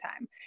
time